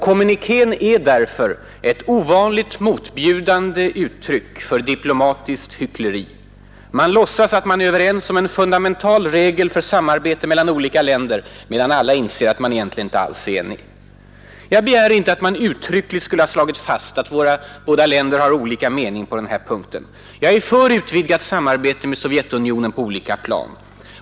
Kommunikén är därför ett ovanligt motbjudande uttryck för diplomatiskt hyckleri. Man låtsas att man är överens om en fundamental regel för samarbete mellan olika länder, medan alla inser att man egentligen inte alls är enig. Jag begär inte att man uttryckligen skulle ha slagit fast att våra länder har olika mening på den här punkten. Jag är för utvidgat samarbete med Sovjetunionen på olika plan.